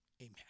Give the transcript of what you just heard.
Amen